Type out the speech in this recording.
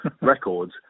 records